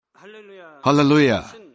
Hallelujah